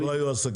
לא היו עסקים.